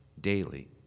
daily